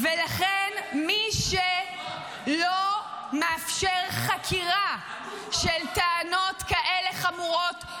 ולכן מי שלא מאפשר חקירה של טענות כאלה חמורות,